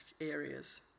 areas